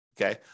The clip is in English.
Okay